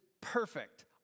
perfect